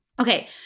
Okay